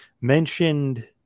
Mentioned